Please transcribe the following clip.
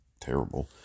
terrible